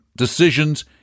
decisions